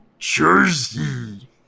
Jersey